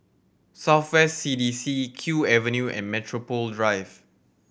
South West C D C Kew Avenue and Metropole Drive